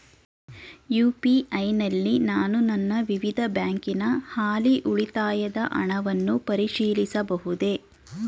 UPI ನಲ್ಲಿ ನಾನು ನನ್ನ ವಿವಿಧ ಬ್ಯಾಂಕಿನ ಹಾಲಿ ಉಳಿತಾಯದ ಹಣವನ್ನು ಪರಿಶೀಲಿಸಬಹುದೇ?